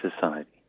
society